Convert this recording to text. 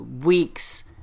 week's